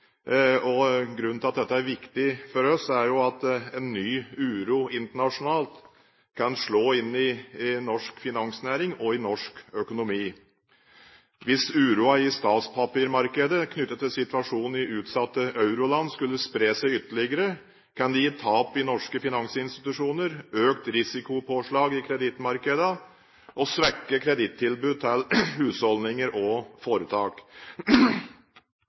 utfordringer. Grunnen til at dette er viktig for oss, er at en ny uro internasjonalt kan slå inn i norsk finansnæring og i norsk økonomi. Hvis uroen i statspapirmarkedene knyttet til situasjonen i utsatte euroland skulle spre seg ytterligere, kan det gi tap i norske finansinstitusjoner, økt risikopåslag i kredittmarkedene og svekket kredittilbud til husholdninger og foretak.